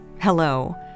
hello